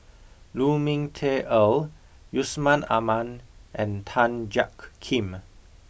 Lu Ming Teh Earl Yusman Aman and Tan Jiak Kim